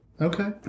Okay